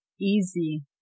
easy